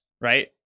right